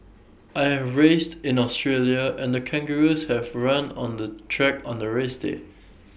I have raced in Australia and kangaroos have run on the track on the race day